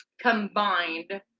combined